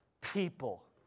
people